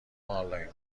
آنلاین